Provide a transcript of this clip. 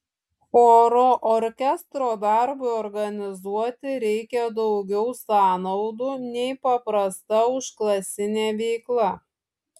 choro orkestro darbui organizuoti reikia daugiau sąnaudų nei paprasta užklasinė veikla